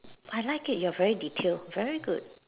I like it you're very detailed very good